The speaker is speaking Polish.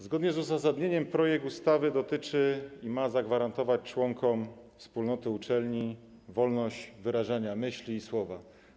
Zgodnie z uzasadnieniem projekt ustawy dotyczy i ma zagwarantować członkom wspólnoty uczelni wolność wyrażania myśli i słowa.